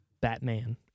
Batman